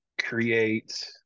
create